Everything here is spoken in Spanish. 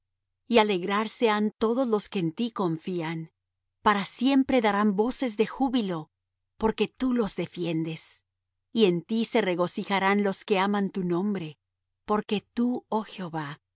y alegrarse han todos los que en ti confían para siempre darán voces de júbilo porque tú los defiendes y en ti se regocijarán los que aman tu nombre porque tú oh jehová